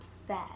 upset